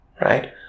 right